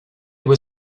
were